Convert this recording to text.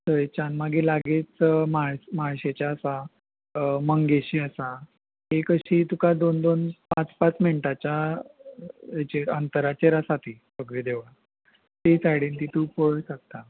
थंयच्यान मागीर लागींच माळशेचे आसा मंगेशी आसा एकी अशी तुका दोन दोन पांच पांच मिनटाच्या हाजेर अंतराचेर आसा ती सगळीं देवळां ती सायडीन ती तूं पळोवंक शकता